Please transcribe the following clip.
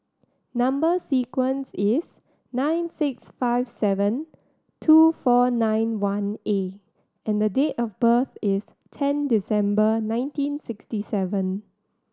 number sequence is nine six five seven two four nine one A and date of birth is ten December nineteen sixty seven